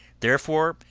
therefore,